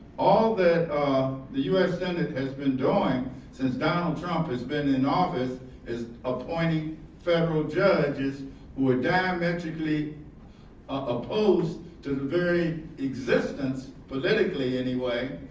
all that ah the u s. senate has been doing since, donald trump, has been in office is appointing federal judges who are diametrically opposed to the very existence, politically anyway,